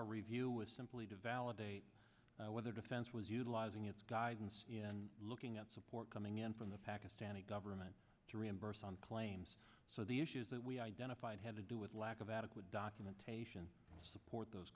our review was simply to validate whether defense was utilizing its guidance looking at support coming in from the pakistani government to reimburse on claims so the issues that we identified had to do with lack of adequate documentation support those